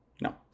No